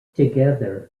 together